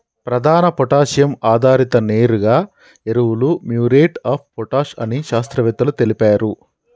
ప్రధాన పొటాషియం ఆధారిత నేరుగా ఎరువులు మ్యూరేట్ ఆఫ్ పొటాష్ అని శాస్త్రవేత్తలు తెలిపారు